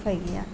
उफाय गैया